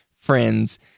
friends